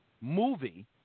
movie